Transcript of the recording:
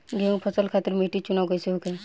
गेंहू फसल खातिर मिट्टी चुनाव कईसे होखे?